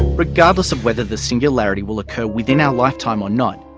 regardless of whether the singularity will occur within our lifetime or not,